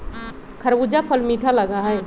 खरबूजा फल मीठा लगा हई